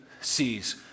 sees